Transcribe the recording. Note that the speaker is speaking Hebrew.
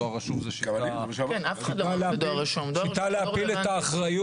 דואר רשום זו שיטה להפיל את האחריות.